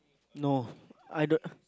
no I don't